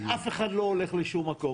כי אף אחד לא הולך לשום מקום,